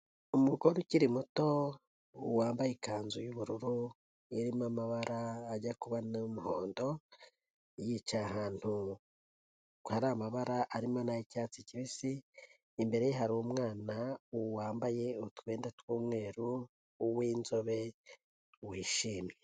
Umugore ukiri muto wambaye ikanzu y'ubururu iririmo amabara ajya kuba n'umuhondo, yicaye ahantu hari amabara arimo n'ay'icyatsi kibisi, imbere ye hari umwana wambaye utwenda tw'umweru w'inzobe wishimye.